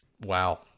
Wow